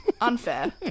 unfair